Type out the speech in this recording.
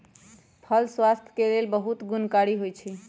फल स्वास्थ्य के लेल बहुते गुणकारी होइ छइ